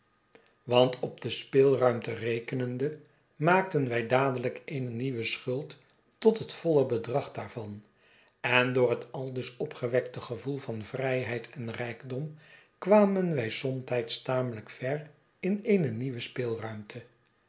want op de speelruimte rekenende maakten wij dadelijk eene nieuwe schuld tot het voile bedrag daarvan en door het aldus opgewekte gevoel van vrijheid en rijkdom kwamen wij somtijds tamelijk ver in eene nieuwe